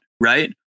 right